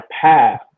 path